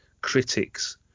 critics